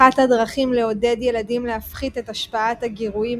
אחת הדרכים לעודד ילדים להפחית את השפעת הגירויים